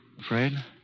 Afraid